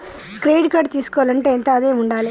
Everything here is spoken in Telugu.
క్రెడిట్ కార్డు తీసుకోవాలంటే ఎంత ఆదాయం ఉండాలే?